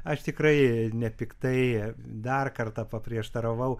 aš tikrai nepiktai dar kartą paprieštaravau